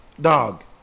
Dog